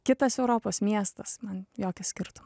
kitas europos miestas jokio skirtumo